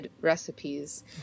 recipes